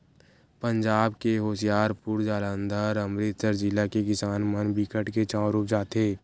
पंजाब के होसियारपुर, जालंधर, अमरितसर जिला के किसान मन बिकट के चाँउर उपजाथें